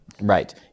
Right